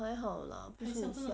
还好 lah 不是很像